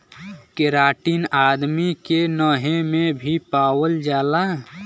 keratin आदमी के नहे में भी पावल जाला